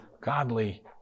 godly